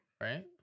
Right